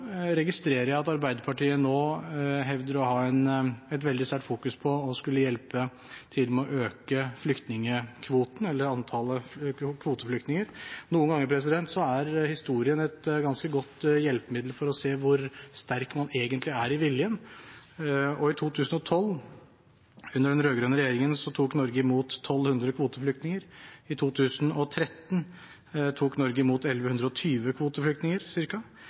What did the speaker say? registrerer at Arbeiderpartiet nå hevder å ha et veldig sterkt fokus på å skulle hjelpe til med å øke flyktningkvoten, eller antallet kvoteflyktninger. Noen ganger er historien et ganske godt hjelpemiddel for å se hvor sterk man egentlig er i viljen, og i 2012, under den rød-grønne regjeringen, tok Norge imot 1 200 kvoteflyktninger. I 2013 tok Norge imot ca. 1 120 kvoteflyktninger.